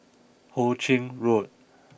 Ho Ching Road